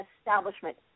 establishment